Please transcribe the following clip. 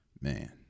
Man